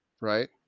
right